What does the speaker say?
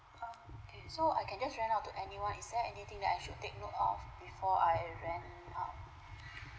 okay so I can just rent out to anyone is there anything that I should take note of before I rent out